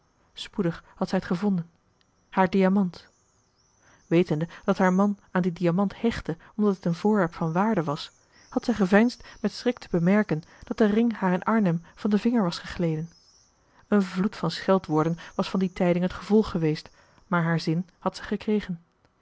spoedig had zij t gevonden haar diamant wetende dat haar man aan dien diamant hechtte omdat het een voorwerp van waarde was had zij geveinsd met schrik te bemerken dat de ring haar in arnhem van den vinger was gegleden een vloed van scheldwoorden was van die tijding het gevolg geweest maar haar zin had zij gekregen